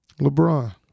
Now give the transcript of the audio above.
LeBron